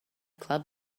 club